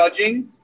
judging